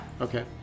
Okay